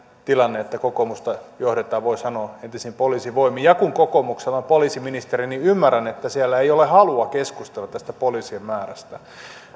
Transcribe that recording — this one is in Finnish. tilanne että kokoomusta johdetaan voi sanoa entisin poliisivoimin ja kun kokoomuksella on poliisiministeri niin ymmärrän että siellä ei ole halua keskustella tästä poliisien määrästä